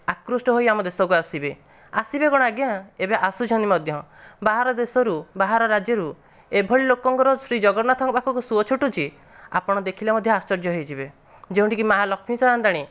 ଆକୃଷ୍ଟ ହୋଇ ଆମ ଦେଶକୁ ଆସିବେ ଆସିବେ କଣ ଆଜ୍ଞା ଏବେ ଆସୁଛନ୍ତି ମଧ୍ୟ ବାହାର ଦେଶରୁ ବାହାର ରାଜ୍ୟରୁ ଏଭଳି ଲୋକଙ୍କର ଶ୍ରୀ ଜଗନ୍ନାଥଙ୍କ ପାଖକୁ ସୁଅ ଛୁଟୁଛି ଆପଣ ଦେଖିଲେ ମଧ୍ୟ ଆଶ୍ଚର୍ଯ୍ୟ ହେଇଯିବେ ଯେଉଁଠିକି ମାଁ ଲକ୍ଷ୍ମୀ ସାଆନ୍ତାଣୀ